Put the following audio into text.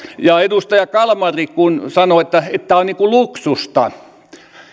ja kun edustaja kalmari sanoi että tämä on niin kuin luksusta